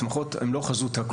התמיכות הן לא חזות הכול.